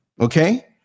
Okay